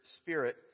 spirit